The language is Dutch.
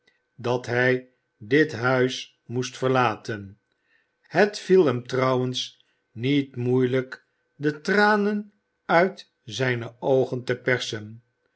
dat hij dit huis moest verlaten het viel hem trouwens niet moeielijk de tranen uit zijne oogen te persen